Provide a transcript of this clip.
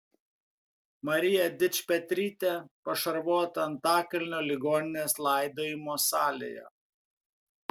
marija dičpetrytė pašarvota antakalnio ligoninės laidojimo salėje